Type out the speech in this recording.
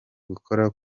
gukora